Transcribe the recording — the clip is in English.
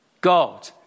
God